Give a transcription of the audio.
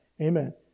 amen